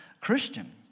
Christian